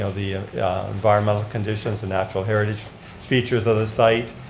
you know the environmental conditions and natural heritage features of the site,